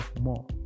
more